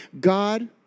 God